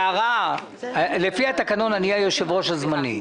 יערה, לפי התקנון אני היושב-ראש הזמני.